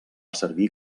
servir